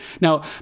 Now